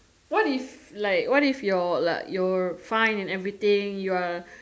what if like what if your like you're fine and everything you're